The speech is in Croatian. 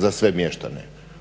za sve mještane.